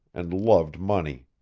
and loved money.